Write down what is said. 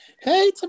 Hey